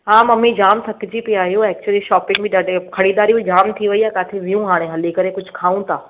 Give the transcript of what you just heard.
हा मम्मी जाम थकिजी पिया आहियूं एक्चुली शॉपिंग बि ॾाढी ख़रीदारी बि जाम थी वेई आहे किथे वियूं हाणे हली करे कुझु खाऊं था